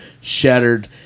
Shattered